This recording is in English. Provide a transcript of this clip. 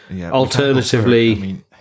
Alternatively